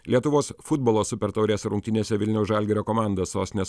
lietuvos futbolo super taurės rungtynėse vilniaus žalgirio komanda sostinės